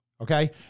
Okay